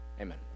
Amen